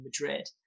Madrid